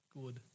Good